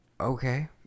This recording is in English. okay